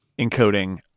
encoding